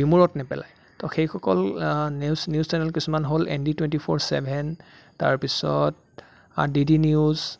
বিমোৰত নেপেলায় তো সেইসকল নিউজ নিউজ চেনেল কিছুমান হ'ল N D twenty four seven তাৰপিছত আৰু ডি ডি নিউজ